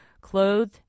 clothed